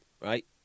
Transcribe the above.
right